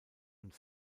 und